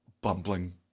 bumbling